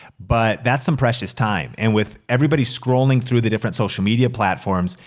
but that's some precious time. and with everybody scrolling through the different social media platforms,